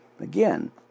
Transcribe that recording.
Again